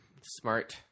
Smart